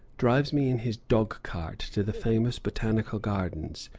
drives me in his dog-cart to the famous botanical gardens,